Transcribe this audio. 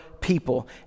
people